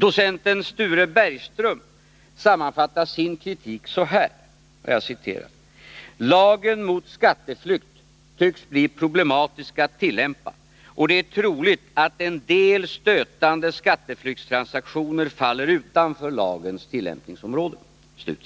Docenten Sture Bergström sammanfattar sin kritik så här: ”Lagen mot skatteflykt tycks bli problematisk att tillämpa och det är troligt att en del stötande skatteflyktstransaktioner faller utanför lagens tillämpningsområde.” Fru